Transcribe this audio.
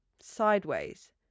sideways